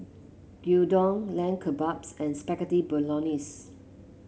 Gyudon Lamb Kebabs and Spaghetti Bolognese